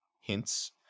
hints